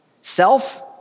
self